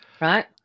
Right